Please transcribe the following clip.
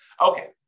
Okay